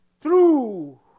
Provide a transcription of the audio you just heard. true